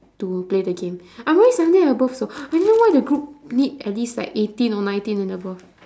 to play the game I don't know why seventeen and above though I don't know why the group need at least like eighteen or nineteen and above